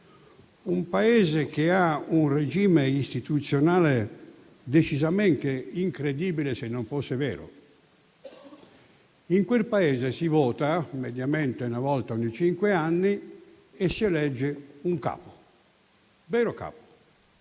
Un Paese che ha un regime istituzionale decisamente incredibile, se non fosse vero. In quel Paese si vota mediamente una volta ogni cinque anni e si elegge un capo, un vero capo,